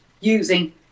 using